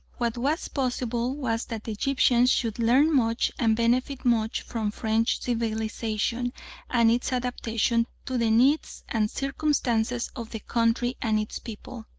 what was possible was that the egyptians should learn much and benefit much from french civilisation and its adaptation to the needs and circumstances of the country and its people.